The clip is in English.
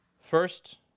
First